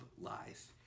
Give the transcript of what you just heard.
lies